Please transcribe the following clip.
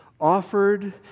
offered